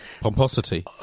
Pomposity